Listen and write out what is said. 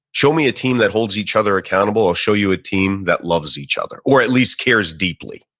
show me a team that holds each other accountable, i'll show you a team that loves each other or at least cares deeply.